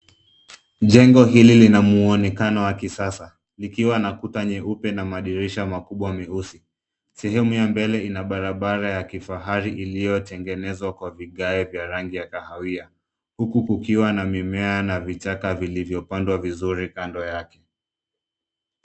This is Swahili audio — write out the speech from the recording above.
Jengo hili lina mwonekano wa kisasa, likiwa na kuta nyeupe na madirisha makubwa meusi. Sehemu ya mbele ina barabara ya kifahari iliyotengenezwa kwa vigae vya rangi ya kahawia, huku kukiwa na mimea na vichaka vilivyopandwa vizuri kando yake.